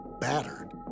battered